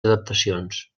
adaptacions